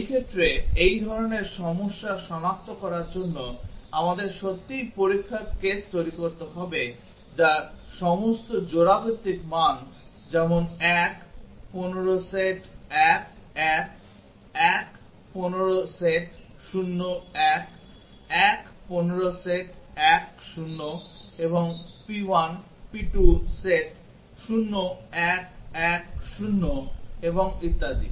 এই ক্ষেত্রে এই ধরনের সমস্যা সনাক্ত করার জন্য আমাদের সত্যিই পরীক্ষার কেস তৈরি করতে হবে যা সমস্ত জোড়া ভিত্তিক মান যেমন 1 15 সেট 1 1 1 15 সেট 0 1 1 15 সেট 1 0 এবং p1 p2 সেট 0 1 1 0 এবং ইত্যাদি